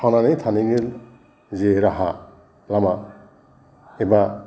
थांनानै थानायनि जे राहा लामा एबा